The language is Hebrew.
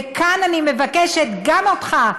וכאן אני מבקשת גם ממך,